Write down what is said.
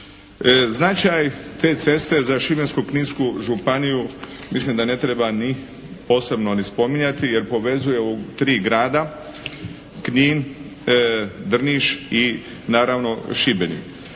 Značaj te ceste za Šibensko-kninsku županiju mislim da ne treba ni posebno ni spominjati jer povezuje tri grada Knin, Drniš i naravno Šibenik.